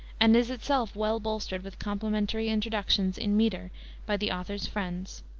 and is itself well bolstered with complimentary introductions in meter by the author's friends.